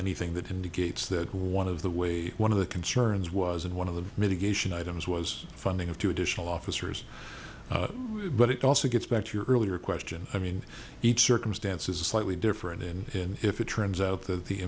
anything that indicates that one of the way one of the concerns was and one of the mitigation items was funding of two additional officers but it also gets back to your earlier question i mean each circumstance is a slightly different in if it turns out that the